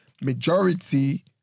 Majority